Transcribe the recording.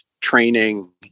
training